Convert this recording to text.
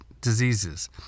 diseases